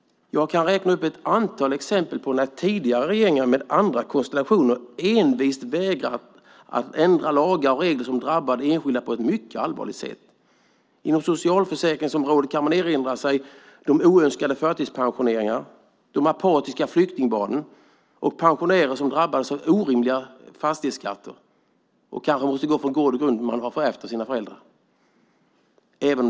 Jag kan räkna upp ett antal exempel på hur tidigare regeringar med andra konstellationer envist har vägrat att ändra lagar och regler som drabbade enskilda på ett mycket allvarligt sätt. Inom socialförsäkringsområdet kan jag erinra kammaren om de oönskade förtidspensioneringarna, de apatiska flyktingbarnen och - även om det råkar vara inom skatteutskottets område - pensionärer som drabbas av orimliga fastighetsskatter. De kanske måste gå från den gård och grund de har ärvt av sina föräldrar.